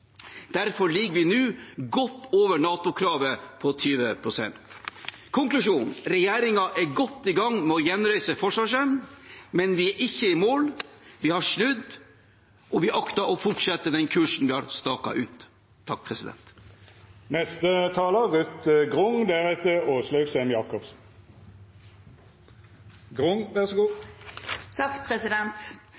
Derfor ligger vi nå godt over NATO-kravet på 20 pst. Konklusjon: Regjeringen er godt i gang med å gjenreise forsvarsevnen, men vi er ikke i mål. Vi har snudd, og vi akter å fortsette på den kursen vi har staket ut.